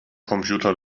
computer